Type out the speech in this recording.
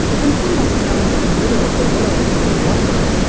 and he must know but little of the world who can wonder,